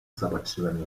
zobaczyłem